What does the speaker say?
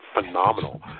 phenomenal